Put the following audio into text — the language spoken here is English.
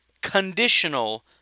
conditional